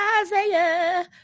Isaiah